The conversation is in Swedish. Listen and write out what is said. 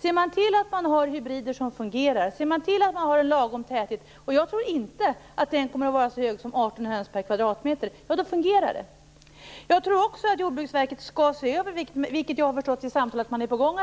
Det fungerar om man ser till att man har fungerande hybrider och en lagom täthet. Jag tror inte att tätheten kommer att vara så hög som 18 höns per kvadratmeter. Jag tror också att Jordbruksverket bör göra en översyn - som jag har förstått är på gång.